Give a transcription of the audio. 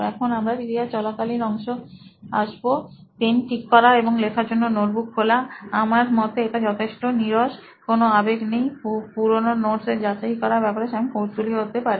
এখন আমরা ক্রিয়ার চলাকালীন অংশে আসবো পেন ঠিক করা এবং লেখার জন্য নোটবুক খোলা আমার মতে এটা যথেষ্ট নিরস কোনো আবেগ নেই পুরোনো নোটস এর যাচাই করার ব্যাপারে স্যাম কৌতূ হলী হতে পারে